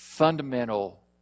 fundamental